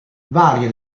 varie